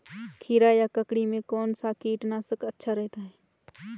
खीरा या ककड़ी में कौन सा कीटनाशक अच्छा रहता है?